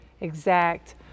exact